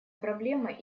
проблемой